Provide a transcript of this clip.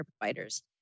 providers